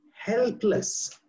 helpless